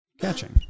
catching